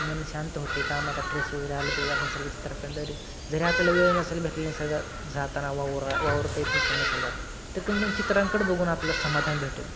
मन शांत होते कामाचा ट्रेस वगैरे आले तर जाण्यासाठी चित्रं पाहिली जरी आपल्याला वेळ नसेल भेटेल निसर्गात जाताना वावर वावरता येत नसेल निसर्गात तर कमी चित्रांकडं बघून आपल्याला समाधान भेटेल